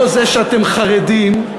לא זה שאתם חרדים,